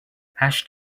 hash